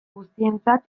guztientzat